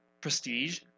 prestige